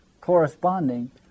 corresponding